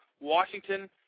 Washington